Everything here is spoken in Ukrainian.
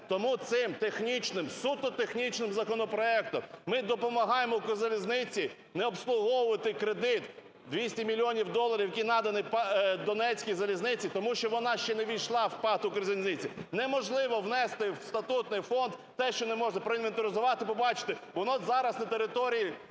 тому цим технічним, суто технічним законопроектом ми допомагаємо "Укрзалізниці" не обслуговувати кредит 200 мільйонів доларів, які надані "Донецькій залізниці", тому що вона ще не ввійшла в ПАТ "Укрзалізниці". Неможливо внести в статутний фонд те, що не проінвентаризувати, побачити, воно зараз на території